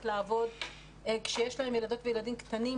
לעבוד כשיש להם ילדות וילדים קטנים,